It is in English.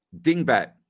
dingbat